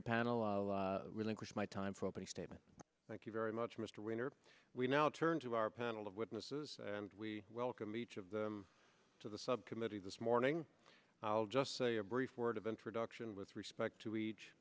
of relinquish my time for opening statement thank you very much mr winter we now turn to our panel of witnesses and we welcome each of them to the subcommittee this morning i'll just say a brief word of introduction with respect to each